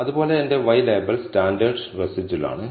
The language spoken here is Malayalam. അതുപോലെ എന്റെ y ലേബൽ സ്റ്റാൻഡേർഡ് റെസിജ്വൽ ആണ്